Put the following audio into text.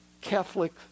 Catholic